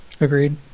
Agreed